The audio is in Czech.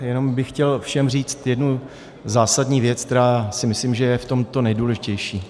Jenom bych chtěl všem říct jednu zásadní věc, která si myslím, že je v tom to nejdůležitější.